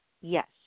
yes